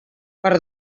per